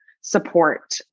support